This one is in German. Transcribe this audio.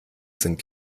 sind